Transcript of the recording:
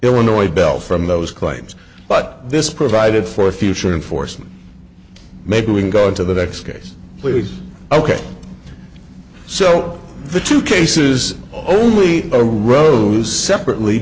illinois bell from those claims but this provided for a future in force and maybe we can go to the next case please ok so the two cases only a rose separately